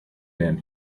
than